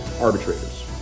Arbitrators